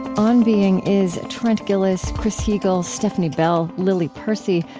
on being is trent gilliss, chris heagle, stefni bell, lily percy,